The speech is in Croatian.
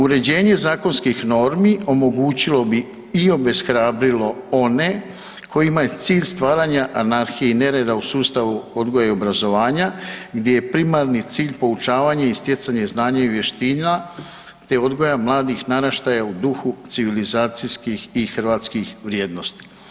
Uređenje zakonskih normi omogućilo bi i obeshrabrilo one kojima je cilj stvaranja anarhije i nereda u sustavu odgoja i obrazovanja gdje je primarni cilj poučavanje i stjecanje znanja i vještina, te odgoja mladih naraštaja u duhu civilizacijskih i hrvatskih vrijednosti.